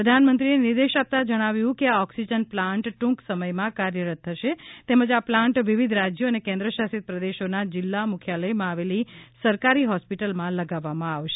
પ્રધાનમંત્રીએ નિર્દેશ આપતાં જણાવ્યું છે કે આ ઓક્સિજન પ્લાન્ટ ટૂંક સમયમાં કાર્યરત થશે તેમજ આ પ્લાન્ટ વિવિધ રાજ્યો અને કેન્દ્રશાસિત પ્રદેશોના જીલ્લા મુખ્યાલયમાં આવેલી સરકારી હોસ્પિટલમાં લગાવવામાં આવશે